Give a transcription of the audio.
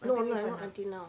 until time ah